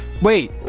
Wait